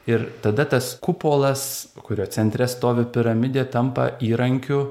ir tada tas kupolas kurio centre stovi piramidė tampa įrankiu